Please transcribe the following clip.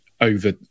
over